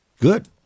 Good